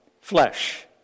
Flesh